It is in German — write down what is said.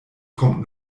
kommt